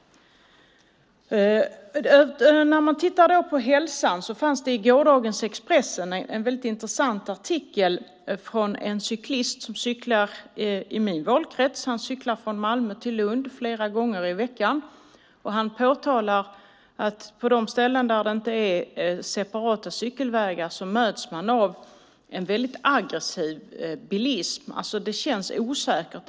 I gårdagens Expressen fanns det en intressant artikel om en cyklist som cyklar i min valkrets. Han cyklar från Malmö till Lund flera gånger i veckan. Han påtalar att man på de ställen där det inte finns separata cykelvägar möts av en aggressiv bilism. Det känns osäkert.